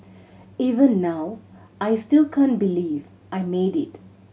even now I still can't believe I made it